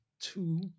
two